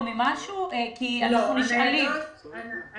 אנחנו נשאלים על זה.